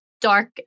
dark